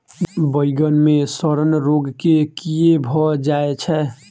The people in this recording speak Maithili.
बइगन मे सड़न रोग केँ कीए भऽ जाय छै?